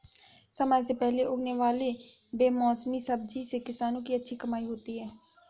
समय से पहले उगने वाले बेमौसमी सब्जियों से किसानों की अच्छी कमाई होती है